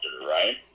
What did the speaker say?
right